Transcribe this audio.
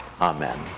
Amen